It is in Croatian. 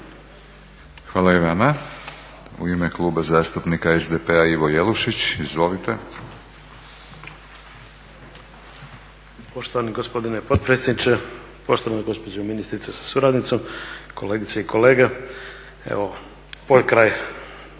Hvala i vama. U ime kluba zastupnika SDP-a Ivo Jelušić.